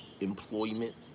employment